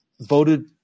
voted